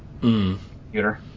Computer